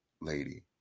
lady